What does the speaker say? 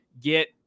get